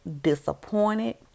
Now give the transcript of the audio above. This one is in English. disappointed